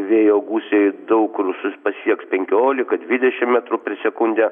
vėjo gūsiai daug kur sus pasieks penkiolika dvidešimt metrų per sekundę